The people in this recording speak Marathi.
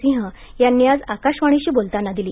सिंह यांनी आज आकाशवाणीशी बोलताना दिली